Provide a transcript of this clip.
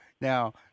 Now